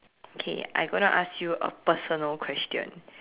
okay I going to ask you a personal question